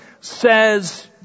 says